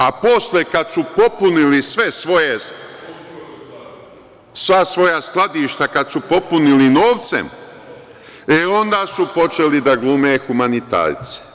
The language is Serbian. A, posle kada su popunili sva svoja skladišta, kada su popunili novcem, e onda su počeli da glume humanitarce.